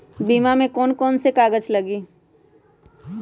बीमा में कौन कौन से कागज लगी?